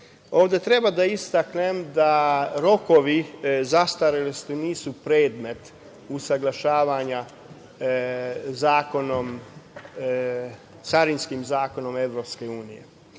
Ovde treba da istaknem da rokovi zastarelosti nisu predmet usaglašavanja sa Carinskim zakonom EU.